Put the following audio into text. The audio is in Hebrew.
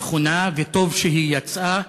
נכונה, וטוב שהיא יצאה.